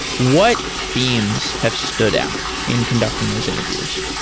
what themes have stood out in conducting those interviews?